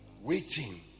Waiting